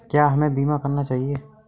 क्या हमें बीमा करना चाहिए?